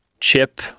chip